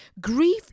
Grief